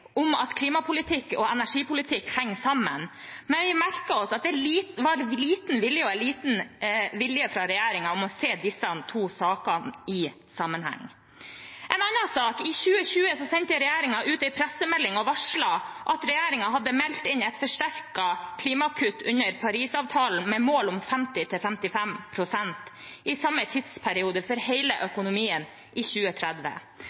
om at klimapolitikk og energipolitikk henger sammen, men vi merket oss at det var liten vilje hos regjeringen til å se disse to sakene i sammenheng. En annen sak: I 2020 sendte regjeringen ut en pressemelding og varslet at den hadde meldt inn et forsterket klimakutt under Parisavtalen med mål om 50–55 pst. i samme tidsperiode for hele økonomien i 2030.